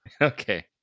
Okay